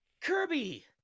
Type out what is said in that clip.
Kirby